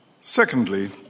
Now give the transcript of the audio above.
Secondly